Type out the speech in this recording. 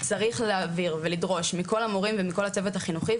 צריך להעביר מסר ולדרוש מכל המורים ומכל הצוות החינוכי,